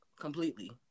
completely